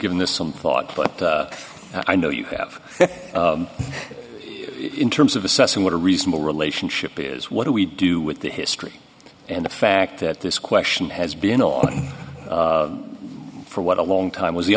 this some thought but i know you have in terms of assessing what a reasonable relationship is what do we do with the history and the fact that this question has been on for what a long time was the